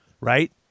Right